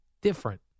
different